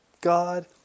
God